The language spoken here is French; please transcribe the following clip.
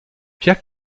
pierre